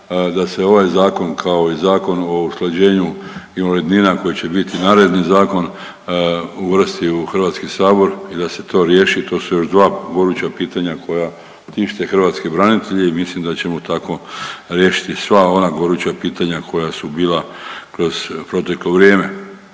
da se ovaj zakon, kao i Zakon o usklađenju invalidnina koji će biti naredni zakon uvrsti u HS i da se to riješi, to su još dva goruća pitanja koja tište hrvatske branitelje i mislim da ćemo tako riješiti sva ona goruća pitanja koja su bila kroz proteklo vrijeme.